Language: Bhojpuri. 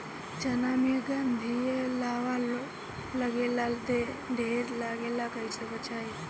चना मै गधयीलवा लागे ला ढेर लागेला कईसे बचाई?